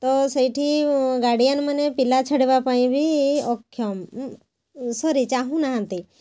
ତ ସେଇଠି ଗାର୍ଡ଼ିଆନ୍ ମାନେ ପିଲା ଛାଡ଼ିବା ପାଇଁ ବି ଅକ୍ଷମ ସରି ଚାଁହୁନାହାଁନ୍ତି